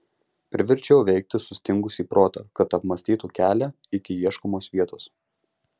priverčiau veikti sustingusį protą kad apmąstytų kelią iki ieškomos vietos